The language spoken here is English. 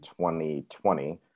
2020